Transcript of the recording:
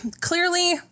clearly